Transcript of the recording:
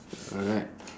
alright